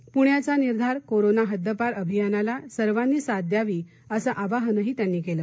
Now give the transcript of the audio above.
प्ण्याचा निर्धार कोरोना हद्दपार अभियानाला सर्वांनी साथ द्यावी असे आवाहनही त्यांनी केले